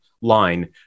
line